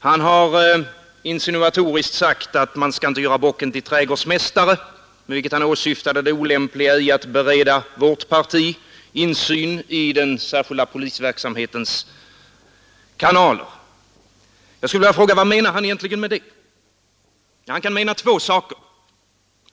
Han har insinuatoriskt sagt att man inte skall göra bocken till trädgårdsmästare, med vilket han åsyftade det olämpliga i att bereda vårt parti insyn i den särskilda polisverksamhetens kanaler. Jag skulle vilja fråga vad han egentligen menar med det. Han kan mena två saker.